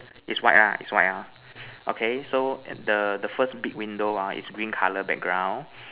is white ah is white ah okay so at the the first big window ha is green color background